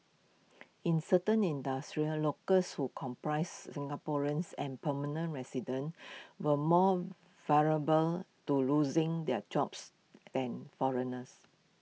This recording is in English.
in certain industries locals who comprise Singaporeans and permanent residents were more vulnerable to losing their jobs than foreigners